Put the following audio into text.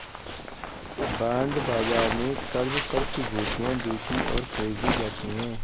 bond बाजार में क़र्ज़ प्रतिभूतियां बेचीं और खरीदी जाती हैं